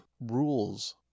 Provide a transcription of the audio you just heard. rules